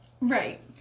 Right